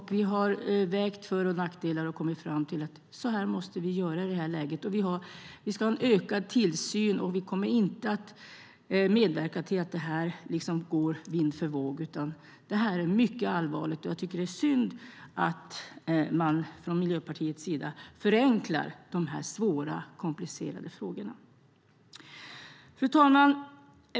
Vi har vägt för och nackdelar mot varandra och kommit fram till att vi måste göra så här i det här läget. Vi ska ha en ökad tillsyn. Vi kommer inte att medverka till att det här går vind för våg. Detta är mycket allvarligt. Jag tycker att det är synd att man från Miljöpartiets sida förenklar de här svåra och komplicerade frågorna. Fru talman!